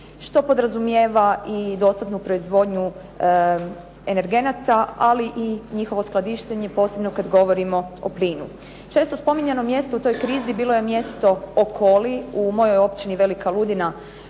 što podrazumijeva i dostatnu proizvodnju energenata ali i njihovo skladištenje posebno kad govorimo o plinu. Često spominjano mjesto u toj krizi bilo je mjesto Okoli u mojoj općini Velika Ludina